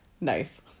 Nice